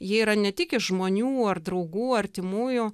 jie yra ne tik iš žmonių ar draugų artimųjų